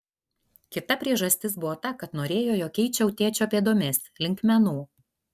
kita priežastis buvo ta kad norėjo jog eičiau tėčio pėdomis link menų